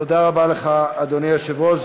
תודה רבה לך, אדוני היושב-ראש.